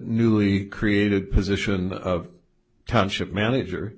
newly created position of township manager